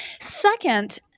Second